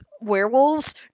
werewolves